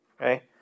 Okay